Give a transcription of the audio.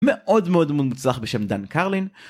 מאוד מאוד מאוד מוצלח בשם דן קרלין